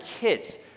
kids